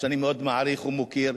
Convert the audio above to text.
שאני מאוד מעריך ומוקיר,